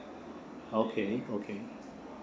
okay okay